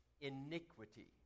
iniquity